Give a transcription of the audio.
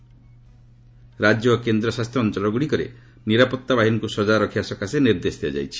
ରାଜ୍ୟ ଓ କେନ୍ଦ୍ରଶାସିତ ଅଞ୍ଚଳଗୁଡ଼ିକରେ ନିରାପତ୍ତା ବାହିନୀକୃ ସଜାଗ ରଖିବାପାଇଁ ନିର୍ଦ୍ଦେଶ ଦିଆଯାଇଛି